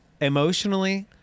Emotionally